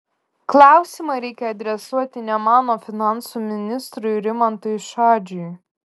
klausimą reikia adresuoti ne man o finansų ministrui rimantui šadžiui